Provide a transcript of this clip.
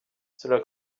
cela